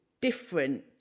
Different